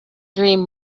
dream